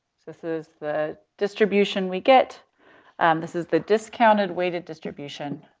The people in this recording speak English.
this is the distribution we get and this is the discounted weight of distribution